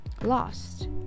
lost